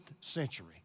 century